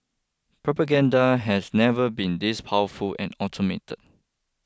propaganda has never been this powerful and automated